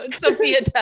Sophia